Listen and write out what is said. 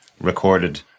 recorded